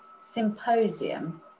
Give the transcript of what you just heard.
symposium